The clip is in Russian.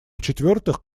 четвертых